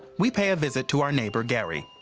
we pay a visit to our neighbor gary.